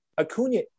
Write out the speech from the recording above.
Acuna